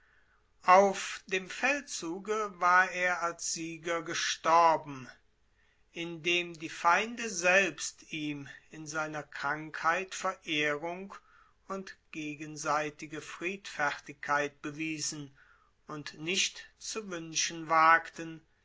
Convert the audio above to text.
auf dem feldzuge war er als sieger gestorben indem die feinde selbst ihm in seiner krankheit verehrung und gegenseitige friedfertigkeit bewiesen und nicht zu wünschen wagten